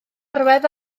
gorwedd